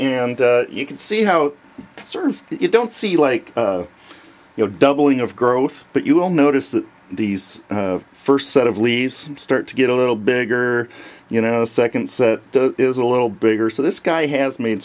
good and you can see how you don't see like you know doubling of growth but you will notice that these first set of leaves start to get a little bigger you know the second set is a little bigger so this guy has made